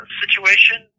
situation